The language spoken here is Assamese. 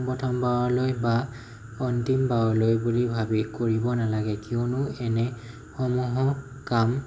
প্ৰথমবাৰলৈ বা অন্তিমবাৰলৈ বুলি ভাবি কৰিব নালাগে কিয়নো এনেসমূহো কাম